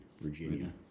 Virginia